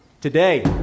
Today